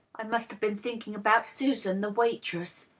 i must have been thinking about susan, the waitress.